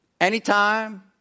Anytime